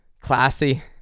classy